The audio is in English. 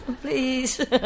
please